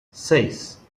seis